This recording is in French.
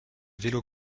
vélo